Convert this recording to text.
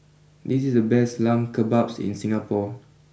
this is the best Lamb Kebabs in Singapore